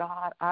God